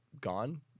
gone